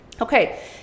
Okay